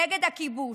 נגד הכיבוש,